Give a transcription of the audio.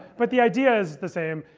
but the idea is the same.